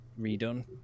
redone